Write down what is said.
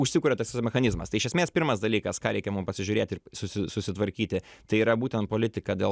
užsikuria tas mechanizmas tai iš esmės pirmas dalykas ką reikia mum pasižiūrėti ir susi susitvarkyti tai yra būtent politika dėl